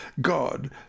God